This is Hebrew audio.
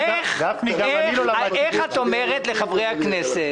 איך את אומרת לחברי הכנסת,